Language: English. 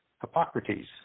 Hippocrates